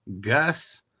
Gus